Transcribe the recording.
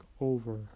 over